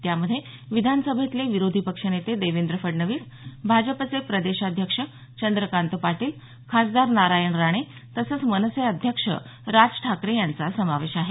त्यामध्ये विधासभेतले विरोधी पक्षनेते देवेंद्र फडणवीस भाजपाचे प्रदेशाध्यक्ष चंद्रकांत पाटील खासदार नारायण राणे तसंच मनसे अध्यक्ष राज ठाकरे यांचा समावेश आहे